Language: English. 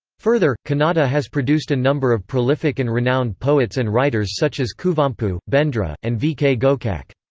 further, kannada has produced a number of prolific and renowned poets and writers such as kuvempu, bendre, and v k gokak.